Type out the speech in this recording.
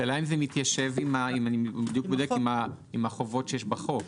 השאלה אם זה מתיישב עם החובות שיש בחוק,